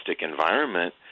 environment